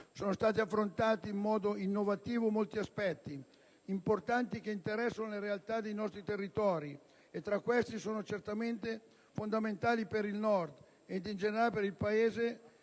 Sono stati affrontati in modo innovativo molti aspetti importanti che interessano le realtà dei nostri territori e tra questi sono certamente fondamentali per il Nord ed in generale per il Paese